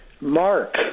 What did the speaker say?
mark